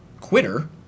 quitter